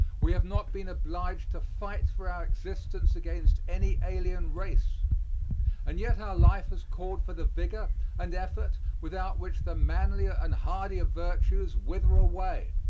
we have not been obliged to fight for our existence against any alien race and yet our life has called for the vigor and effort without which the manlier and hardier virtues wither away.